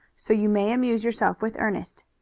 so you may amuse yourself with ernest.